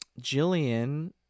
Jillian